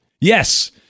Yes